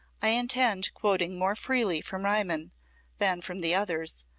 i intend quoting more freely from riemann than from the others,